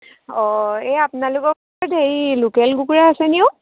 অঁ এই আপোনালোকৰ এই হেৰি লোকেল কুকুৰা আছে নেকি অ'